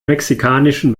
mexikanischen